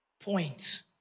point